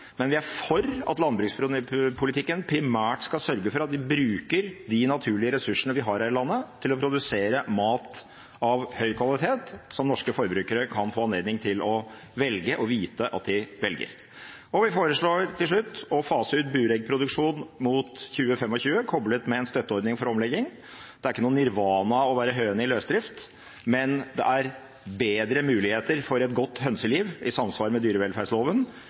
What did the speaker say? at landbrukspolitikken primært skal sørge for at vi bruker de naturlige ressursene vi har her i landet, til å produsere mat av høy kvalitet som norske forbrukere kan få anledning til å velge og vite at de velger. Og vi foreslår – til slutt – å fase ut bureggproduksjon mot 2025, koblet med en støtteordning for omlegging. Det er ikke noe nirvana å være høne i løsdrift, men det er bedre muligheter for et godt hønseliv i samsvar med dyrevelferdsloven